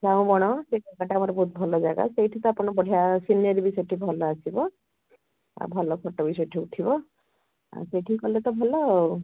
ଝାଉଁ ବଣ ସେ ଜାଗାଟା ଆମର ବହୁତ ଭଲ ଜାଗା ସେଇଠି ତ ଆପଣ ବଢ଼ିଆ ସିନେରୀ ବି ସେଠି ଭଲ ଆସିବ ଆଉ ଭଲ ଫଟୋ ବି ସେଠି ଉଠିବ ଆଉ ସେଠିକି ଗଲେ ତ ଭଲ ଆଉ